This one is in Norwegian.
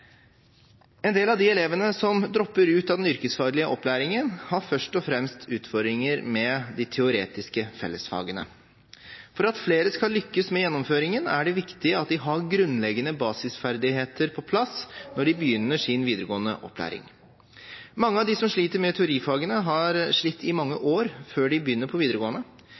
En del av de elevene som dropper ut av den yrkesfaglige opplæringen, har først og fremst utfordringer med de teoretiske fellesfagene. For at flere skal lykkes med gjennomføringen, er det viktig at de har grunnleggende basisferdigheter på plass når de begynner sin videregående opplæring. Mange av dem som sliter med teorifagene, har slitt i mange år før de begynner på videregående.